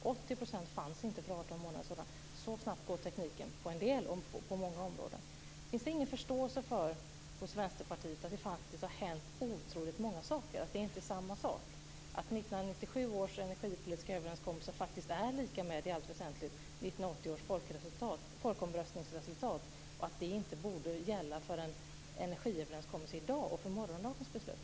Så snabbt går tekniken framåt på många områden. Finns det ingen förståelse hos Vänsterpartiet för att det faktiskt har hänt otroligt många saker? Det är inte samma sak att 1997 års energipolitiska överenskommelse faktiskt i allt väsentligt är lika med 1980 års folkomröstningsresultat och att det inte borde gälla för en energiöverenskommelse i dag och för morgondagens beslut.